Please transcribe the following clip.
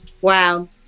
wow